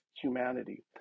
humanity